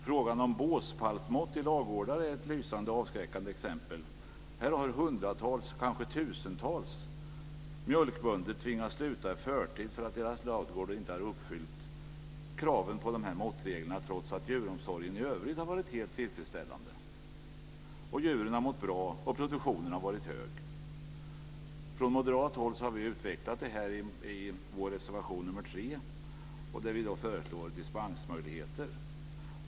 Frågan om båspallsmått i ladugårdar är ett lysande avskräckande exempel. Här har hundratals, kanske tusentals, mjölkbönder tvingats sluta i förtid för att deras ladugårdar inte har uppfyllt kraven på de här måttreglerna, trots att djuromsorgen i övrigt har varit helt tillfredsställande. Djuren har mått bra, och produktionen har varit hög. Från moderat håll har vi utvecklat detta i vår reservation nr 3, där vi föreslår dispensmöjligheter.